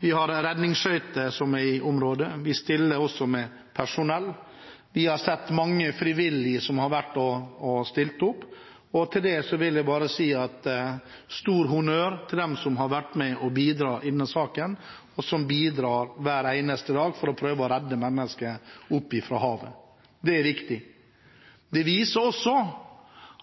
i området. Vi stiller også med personell. Vi har sett mange frivillige som har vært med og stilt opp, og jeg vil bare gi en stor honnør til dem som har vært med og bidratt i denne saken, og som bidrar hver eneste dag for å prøve å redde mennesker opp fra havet. Det er viktig. Det viser også